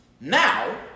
Now